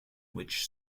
which